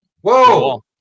Whoa